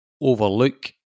overlook